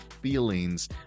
feelings